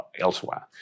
elsewhere